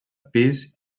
pis